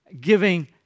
giving